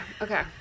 okay